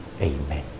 Amen